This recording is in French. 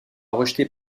rejetée